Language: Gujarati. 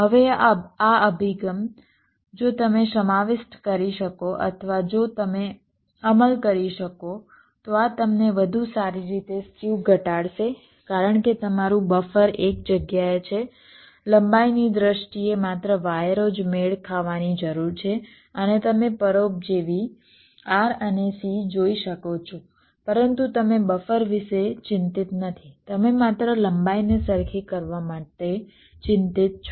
હવે આ અભિગમ જો તમે સમાવિષ્ટ કરી શકો અથવા જો તમે અમલ કરી શકો તો આ તમને વધુ સારી રીતે સ્ક્યુ ઘટાડશે કારણ કે તમારું બફર એક જગ્યાએ છે લંબાઈની દ્રષ્ટિએ માત્ર વાયરો જ મેળ ખાવાની જરૂર છે અને તમે પરોપજીવી R અને C જોઈ શકો છો પરંતુ તમે બફર વિશે ચિંતિત નથી તમે માત્ર લંબાઈને સરખી કરવા માટે ચિંતિત છો